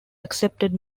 accepted